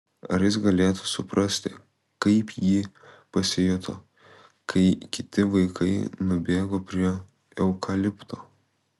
ar jis galėtų suprasti kaip ji pasijuto kai kiti vaikai nubėgo prie eukalipto